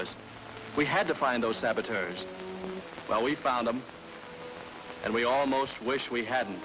us we had to find those saboteurs well we found them and we almost wish we hadn't